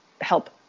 help